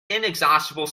inexhaustible